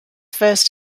first